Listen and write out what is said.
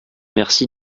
merci